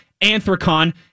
Anthracon